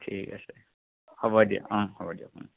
ঠিক আছে হ'ব দিয়ক অঁ হ'ব দিয়ক